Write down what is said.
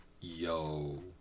yo